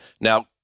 Now